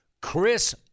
Chris